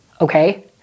okay